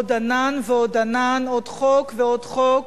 עוד ענן ועוד ענן, עוד חוק ועוד חוק,